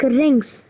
rings